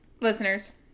listeners